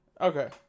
Okay